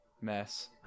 mess